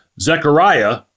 Zechariah